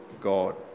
God